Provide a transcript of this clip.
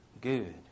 good